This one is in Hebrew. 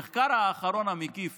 המחקר האחרון המקיף